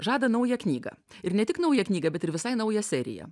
žada naują knygą ir ne tik naują knygą bet ir visai naują seriją